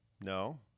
No